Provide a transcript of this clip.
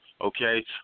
Okay